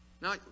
Now